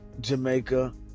Jamaica